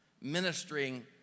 ministering